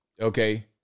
Okay